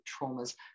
traumas